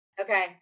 Okay